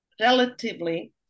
relatively